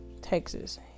Texas